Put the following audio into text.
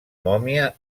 mòmia